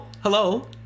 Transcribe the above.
hello